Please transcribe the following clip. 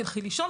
תלכי לישון,